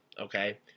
okay